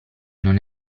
non